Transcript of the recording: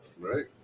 Right